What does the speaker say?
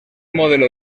modelo